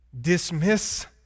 dismiss